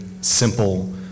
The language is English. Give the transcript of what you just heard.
simple